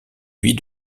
vie